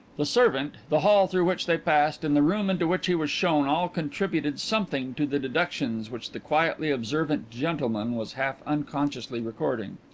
the servant, the hall through which they passed, and the room into which he was shown, all contributed something to the deductions which the quietly observant gentleman was half unconsciously recording.